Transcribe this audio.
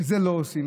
כשאת זה לא עושים,